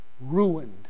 ruined